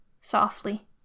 softly